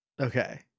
okay